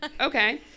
Okay